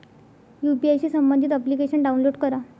UPI शी संबंधित application download करा